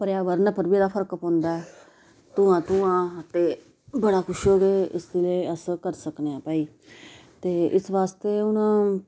पार्याबरण उप्पर बी एह्दा फर्क पौंदा ऐ धुआं धुआं ते बड़ा कुछ गै इसलै अस करी सकने आं भाई ते इस बास्तै हून